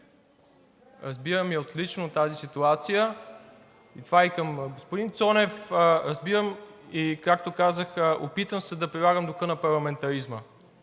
Разбирам отлично тази ситуация. Това е и към господин Цонев. Разбирам, и както казах, опитвам се да прилагам духа на парламентаризма.